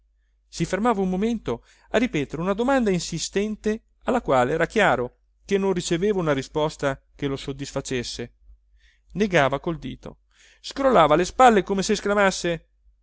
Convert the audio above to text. si fermava un momento a ripetere una domanda insistente alla quale era chiaro che non riceveva una risposta che lo soddisfacesse negava col dito scrollava le spalle come se